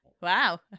wow